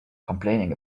complaining